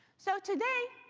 so today,